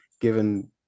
given